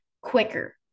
quicker